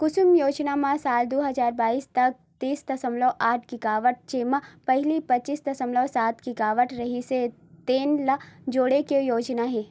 कुसुम योजना म साल दू हजार बाइस तक तीस दसमलव आठ गीगावाट जेन ल पहिली पच्चीस दसमलव सात गीगावाट रिहिस तेन ल जोड़े के योजना हे